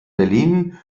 berlin